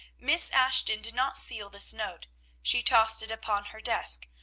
miss ashton did not seal this note she tossed it upon her desk,